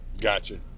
gotcha